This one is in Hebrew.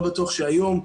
אני לא בטוח שהיום,